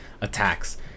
attacks